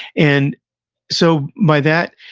and so, by that,